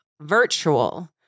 virtual